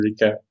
recap